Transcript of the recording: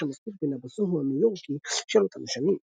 שמזכיר פינה בסוהו הניו יורקי של אותן שנים.